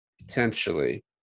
Potentially